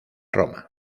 roma